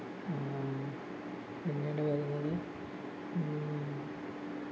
പിന്നീട് വരുന്നത്